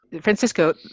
Francisco